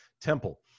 temple